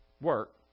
work